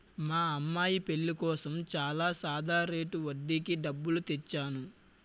మా అమ్మాయి పెళ్ళి కోసం చాలా సాదా రేటు వడ్డీకి డబ్బులు తెచ్చేను